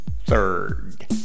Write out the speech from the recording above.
Third